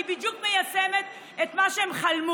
כי היא בדיוק מיישמת את מה שהם חלמו.